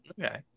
Okay